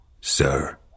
Sir